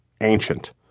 ancient